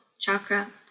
chakra